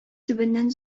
төбеннән